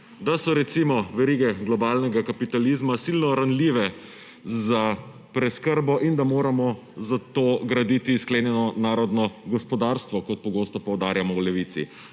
Da so, recimo, verige globalnega kapitalizma silno ranljive za preskrbo in da moramo zato graditi sklenjeno narodno gospodarstvo, kot pogosto poudarjamo v Levici.